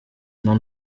known